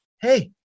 hey